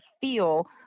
feel